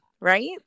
right